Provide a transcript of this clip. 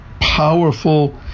powerful